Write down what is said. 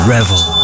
Revel